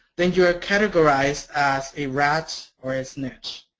then you're ah categorized as a rat or a snitch.